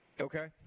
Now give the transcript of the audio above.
Okay